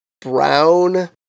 brown